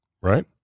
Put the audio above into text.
Right